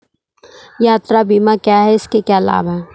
यात्रा बीमा क्या है इसके क्या लाभ हैं?